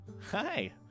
Hi